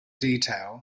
detail